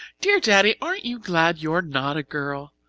dear daddy, aren't you glad you're not a girl?